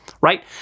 right